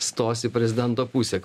stos į prezidento pusę